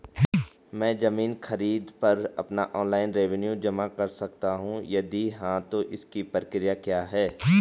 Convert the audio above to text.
मैं ज़मीन खरीद पर अपना ऑनलाइन रेवन्यू जमा कर सकता हूँ यदि हाँ तो इसकी प्रक्रिया क्या है?